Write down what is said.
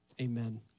Amen